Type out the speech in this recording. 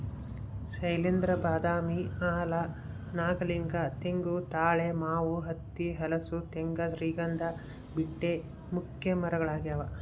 ಶೈಲೇಂದ್ರ ಬಾದಾಮಿ ಆಲ ನಾಗಲಿಂಗ ತೆಂಗು ತಾಳೆ ಮಾವು ಹತ್ತಿ ಹಲಸು ತೇಗ ಶ್ರೀಗಂಧ ಬೀಟೆ ಮುಖ್ಯ ಮರಗಳಾಗ್ಯಾವ